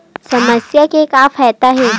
समस्या के का फ़ायदा हे?